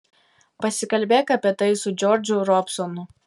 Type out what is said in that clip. pasikalbėk apie tai su džordžu robsonu